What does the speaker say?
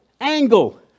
Angle